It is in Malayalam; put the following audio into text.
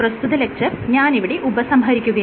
പ്രസ്തുത ലെക്ച്ചർ ഞാൻ ഇവിടെ ഉപസംഹരിക്കുകയാണ്